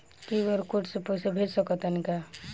QR code से पईसा भेज सक तानी का?